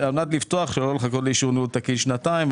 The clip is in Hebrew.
זה על מנת לפתוח כדי שלא לחכות לאישור ניהול תקין במשך שנתיים,